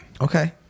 Okay